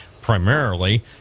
primarily